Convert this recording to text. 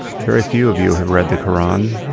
very few of you have read the koran.